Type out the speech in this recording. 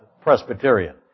Presbyterian